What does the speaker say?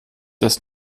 das